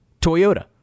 Toyota